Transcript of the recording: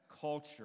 culture